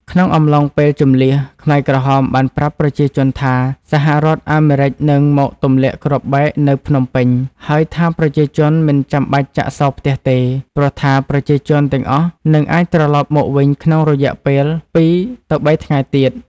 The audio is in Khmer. ក្នុងអំឡុងពេលជម្លៀស ខ្មែរក្រហមបានប្រាប់ប្រជាជនថា សហរដ្ឋអាមេរិកនឹងមកទម្លាក់គ្រាប់បែកនៅភ្នំពេញ ហើយថាប្រជាជនមិនចាំបាច់ចាក់សោផ្ទះទេ ព្រោះថាប្រជាជនទាំងអស់នឹងអាចត្រឡប់មកវិញក្នុងរយៈពេល ២-៣ ថ្ងៃទៀត។